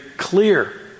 clear